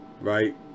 right